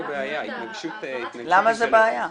יש פה בעיה, התנגשות -- למה זו בעיה?